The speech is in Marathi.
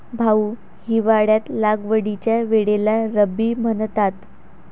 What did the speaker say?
भाऊ, हिवाळ्यात लागवडीच्या वेळेला रब्बी म्हणतात